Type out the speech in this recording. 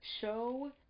show